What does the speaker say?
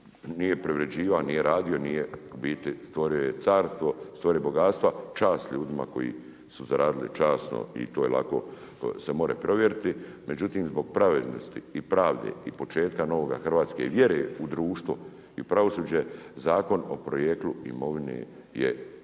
je carstvo, stvorio je bogatstva. Čast ljudima koji su zaradili časno i to je lako se more provjeriti. Međutim, zbog pravednosti i pravde i početka novoga Hrvatske i vjere u društvo i pravosuđe Zakon o porijeklu imovine je osnova